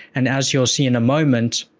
and as you'll see in a moment,